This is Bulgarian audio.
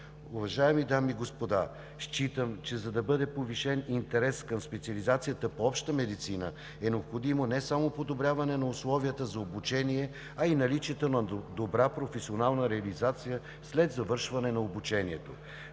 Уважаеми дами и господа, считам, че за да бъде повишен интересът към специализацията по „Обща медицина“, е необходимо не само подобряване на условията за обучение, а и наличието на добра професионална реализация след завършване на обучението.